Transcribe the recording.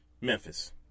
Memphis